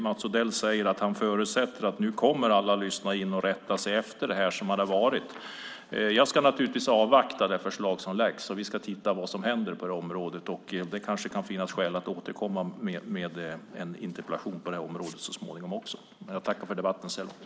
Mats Odell säger att han förutsätter att alla nu kommer att lyssna in och anpassa sig till det som har skett. Jag ska naturligtvis avvakta det förslag som läggs fram. Vi får se vad som händer på det här området. Det kanske kan finnas skäl att återkomma med en interpellation så småningom, men jag tackar för debatten så här långt.